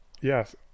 Yes